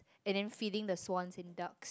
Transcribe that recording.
and then feeding the swans and duck